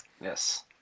Yes